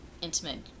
intimate